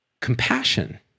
Compassion